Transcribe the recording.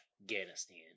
Afghanistan